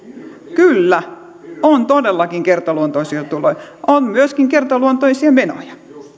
kyllä on todellakin kertaluontoisia tuloja on myöskin kertaluontoisia menoja